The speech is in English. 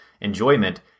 enjoyment